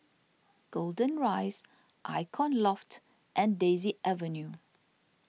Golden Rise Icon Loft and Daisy Avenue